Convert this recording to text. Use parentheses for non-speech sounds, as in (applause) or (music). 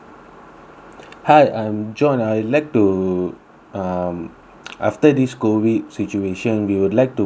hi I'm john I like to um after this COVID situation we would like to book a (breath)